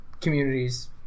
communities